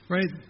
Right